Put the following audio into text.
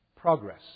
Progress